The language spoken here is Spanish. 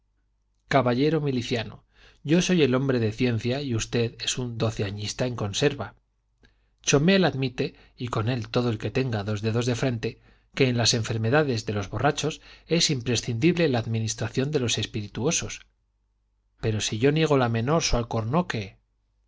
caballero miliciano yo soy el hombre de ciencia y usted es un doceañista en conserva chomel admite y con él todo el que tenga dos dedos de frente que en las enfermedades de los borrachos es imprescindible la administración de los espirituosos pero si yo niego la menor so alcornoque